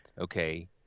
okay